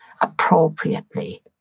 appropriately